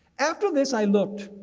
after this i looked,